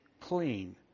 clean